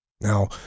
Now